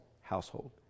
household